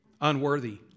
Unworthy